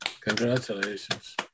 Congratulations